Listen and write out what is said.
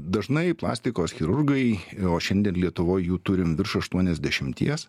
dažnai plastikos chirurgai o šiandien lietuvoj jų turim virš aštuoniasdešimties